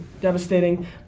devastating